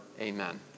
Amen